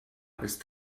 ist